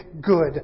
good